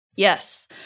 Yes